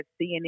CNN